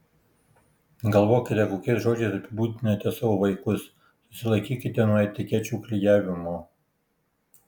galvokite kokiais žodžiais apibūdinate savo vaikus susilaikykite nuo etikečių klijavimo